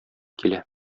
килә